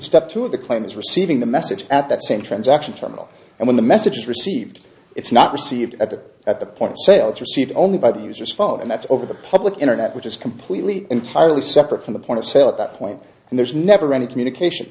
step two of the client is receiving the message at that same transaction terminal and when the message is received it's not received at the at the point sales received only by the user's phone and that's over the public internet which is completely entirely separate from the point to sell at that point and there's never any communication